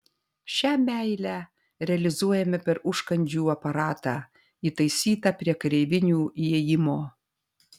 šią meilę realizuojame per užkandžių aparatą įtaisytą prie kareivinių įėjimo